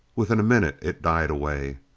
within a minute it died away.